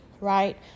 right